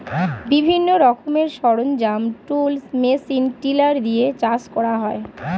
বিভিন্ন রকমের সরঞ্জাম, টুলস, মেশিন টিলার দিয়ে চাষ করা হয়